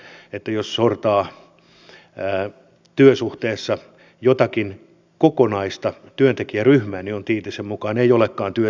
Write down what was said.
jos sortaa työsuhteessa jotakin kokonaista työntekijäryhmää niin tiitisen mukaan se ei olekaan työsyrjintää